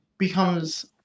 Becomes